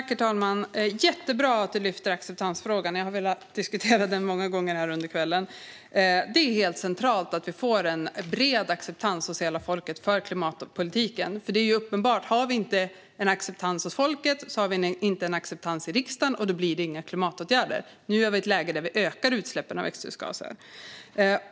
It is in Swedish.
Herr talman! Det är jättebra att du lyfter upp acceptansfrågan, Kjell-Arne Ottosson. Jag har velat diskutera den många gånger under kvällen. Det är helt centralt att vi får bred acceptans hos hela folket för klimatpolitiken. Det är ju uppenbart; om vi inte har acceptans hos folket har vi inte acceptans i riksdagen, och då blir det inga klimatåtgärder. Och nu är vi i ett läge där vi ökar utsläppen av växthusgaser.